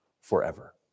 forever